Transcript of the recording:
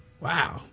Wow